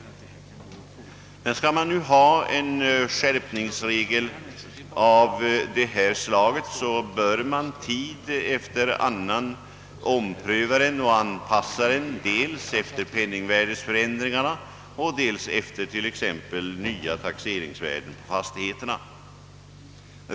Skall det emellertid finnas en skärpningsregel av det här slaget, så bör den tid efter annan omprövas och anpassas, dels efter penningvärdeförändringarna och dels efter t.ex. nya taxeringsvärden på fastigheter.